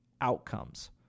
outcomes